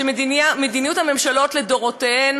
שמדיניות הממשלות לדורותיהן